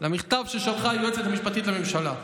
למכתב ששלחה היועצת המשפטית לממשלה.